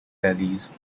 valleys